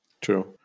True